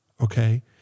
Okay